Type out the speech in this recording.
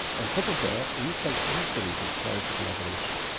on top of that, we felt isolated prior to collaboration.